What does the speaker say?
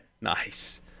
Nice